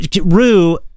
Rue